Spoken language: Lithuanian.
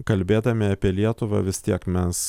kalbėdami apie lietuvą vis tiek mes